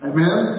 Amen